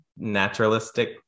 naturalistic